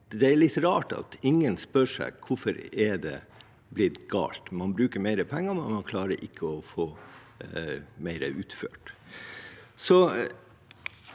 Det er litt rart at ingen spør seg: Hvorfor er det blitt galt? Man bruker mer penger, men man klarer ikke å få mer utført.